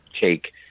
take